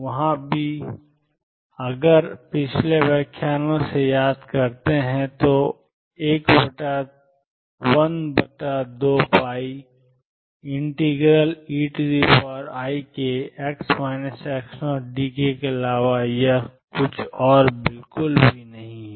वहाँ भी है अगर आप पिछले व्याख्यानों से याद करते हैं तो 12π∫eikdk के अलावा और कुछ नहीं है